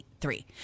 Three